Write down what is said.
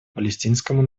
палестинскому